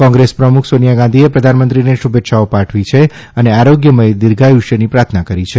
કોંગ્રેસ પ્રમુખ સોનિયા ગાંધીએ પ્રધાનમંત્રીને શુલેચ્છાઓ પાઠવી છે અને આરોગ્યમથ દીર્ઘાયુષ્યની પ્રાર્થના કરી છે